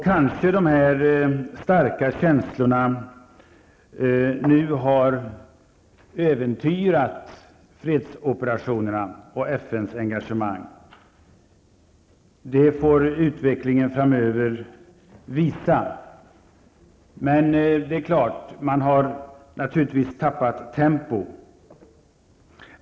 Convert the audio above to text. Kanske dessa starka känslor nu har äventyrat fredsoperationerna och FNs engagemang. Det får utvecklingen framöver visa. Det är klart att man har tappat tempo.